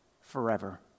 forever